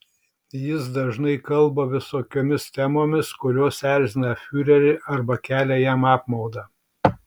jis dažnai kalba visokiomis temomis kurios erzina fiurerį arba kelia jam apmaudą